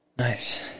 Nice